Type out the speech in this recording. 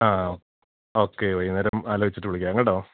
ആ ആ ഓക്കെ വൈകുന്നേരം ആലോചിച്ചിട്ടു വിളിക്കാം കേട്ടോ